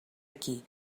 aquí